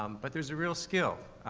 um but there's a real skill,